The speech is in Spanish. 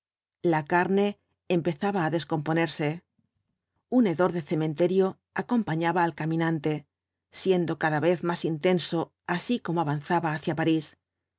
la carne empezaba á descomponerse un hedor de cementerio acompañaba al caminante siendo cada vez más intenso así como avanzaba hacía parís